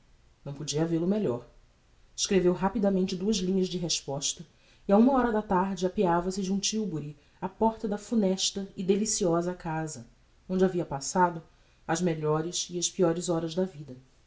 não podia havel-o melhor escreveu rapidamente duas linhas de resposta e á uma hora da tarde apeava se de um tilbury á porta da funesta e deliciosa casa onde havia passado as melhores e as peores horas da vida